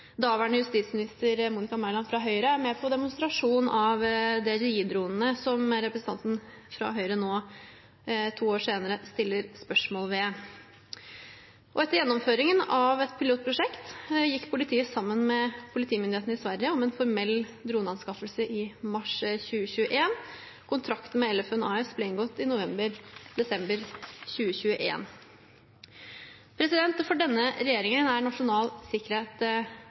daværende justisminister Monica Mæland fra Høyre er med på demonstrasjon av DJI-dronene, som representanten fra Høyre nå to år senere stiller spørsmål ved. Etter gjennomføringen av et pilotprosjekt gikk politiet sammen med politimyndighetene i Sverige om en formell droneanskaffelse i mars 2021. Kontrakten med Elefun AS ble inngått i november/desember 2021. For denne regjeringen er nasjonal sikkerhet